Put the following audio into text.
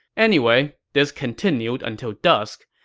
anyway, this continued until dusk.